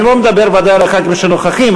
אני לא מדבר בוודאי לחברי הכנסת שנוכחים.